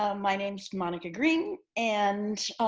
um my name is monica green and